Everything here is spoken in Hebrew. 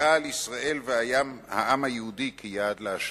ומצביעה על ישראל והעם היהודי כיעד להשמדה.